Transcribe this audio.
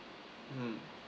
mm